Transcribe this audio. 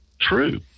true